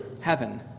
heaven